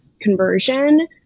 conversion